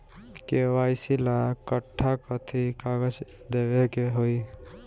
KYC ला कट्ठा कथी कागज देवे के होई?